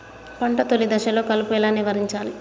పంట తొలి దశలో కలుపు ఎలా నివారించాలి?